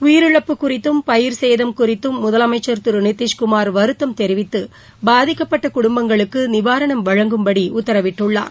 உயிரிழப்பு குறித்தும் பயிர் சேதம் குறித்தும் முதலமைச்சர் திரு நிதிஷ் குமார் வருத்தம் தெரிவித்து பாதிக்கப்பட்ட குடும்பங்களுக்கு நிவாரணம் வழங்கும் படி உத்தரவிடடுள்ளார்